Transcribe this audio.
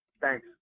Thanks